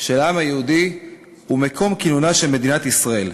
של העם היהודי ומקום כינונה של מדינת ישראל.